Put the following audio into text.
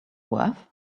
worth